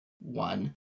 one